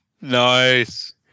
Nice